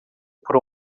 por